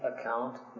account